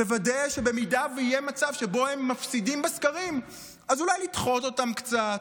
תוודא שבמידה שיהיה מצב שבו הם מפסידים בסקרים אז אולי לדחות אותן קצת?